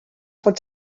pot